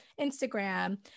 Instagram